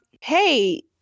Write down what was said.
Hey